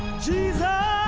jesus!